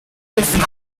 this